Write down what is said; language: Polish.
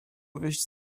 wyjść